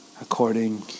according